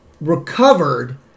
recovered